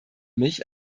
mich